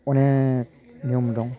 अनेक नियम दं